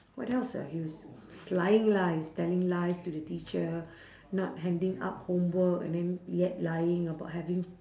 what else ah he was lying lah he's telling lies to the teacher not handing up homework and then yet lying about having